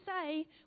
say